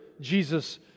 Jesus